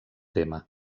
tema